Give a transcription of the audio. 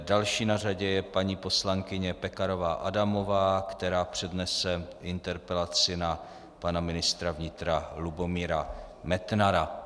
Další na řadě je paní poslankyně Pekarová Adamová, která přednese interpelaci na pana ministra vnitra Lubomíra Metnara.